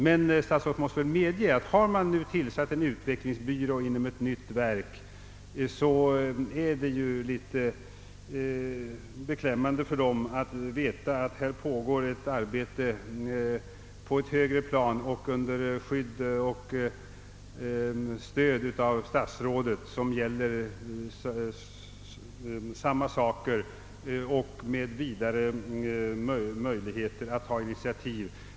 Herr statsrådet måste väl medge att om man har tillsatt en utvecklingsbyrå inom ett nytt verk är det beklämmande för vederbörande där att veta att här pågår ett arbete med samma saker på ett högre plan under skydd och stöd av statsrådet och med vidare möjligheter att ta initiativ.